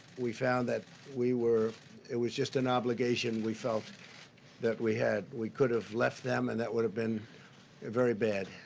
we found that we were it was just an obligation we felt that we had. we could have left them, and that would have been very bad.